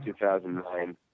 2009